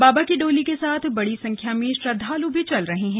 बाबा की डोली क साथ बड़ी संख्या में श्रद्वालु भी चल रहे हैं